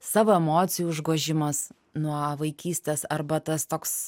savo emocijų užgožimas nuo vaikystės arba tas toks